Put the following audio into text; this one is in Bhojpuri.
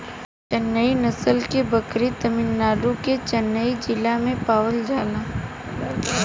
चेन्नई नस्ल के बकरी तमिलनाडु के चेन्नई जिला में पावल जाला